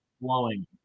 flowing